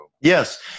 Yes